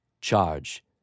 Charge